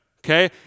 Okay